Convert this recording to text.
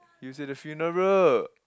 he was at the funeral